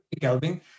Kelvin